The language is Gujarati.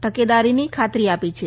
તકેદારીની ખાતરી આપી છે